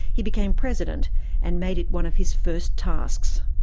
he became president and made it one of his first tasks.